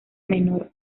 menor